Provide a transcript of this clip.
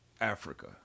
Africa